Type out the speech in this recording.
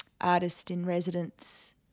artist-in-residence